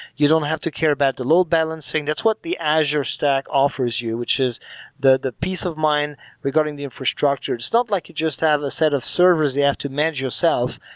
you don't have to care about the load-balancing. that's what the azure stack offers you, which is the the peace of mind regarding the infrastructure. it's not like you just have a set of servers you have to manage yourself.